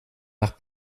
nach